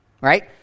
right